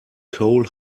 coal